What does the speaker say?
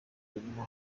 birimo